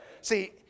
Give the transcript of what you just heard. See